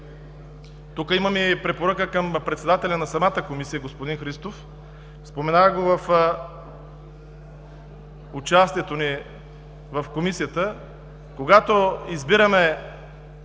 тук имаме препоръка към председателя на самата Комисия – господин Христов. Споменах го при участието ни в Комисията, че когато избираме